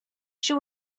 she